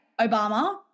Obama